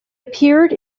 appeared